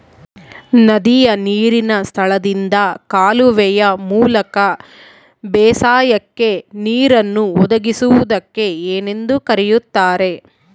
ನದಿಯ ನೇರಿನ ಸ್ಥಳದಿಂದ ಕಾಲುವೆಯ ಮೂಲಕ ಬೇಸಾಯಕ್ಕೆ ನೇರನ್ನು ಒದಗಿಸುವುದಕ್ಕೆ ಏನೆಂದು ಕರೆಯುತ್ತಾರೆ?